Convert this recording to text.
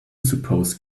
suppose